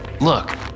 Look